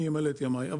אני אמלא את ימיי.